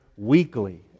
weekly